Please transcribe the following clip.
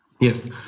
Yes